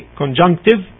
conjunctive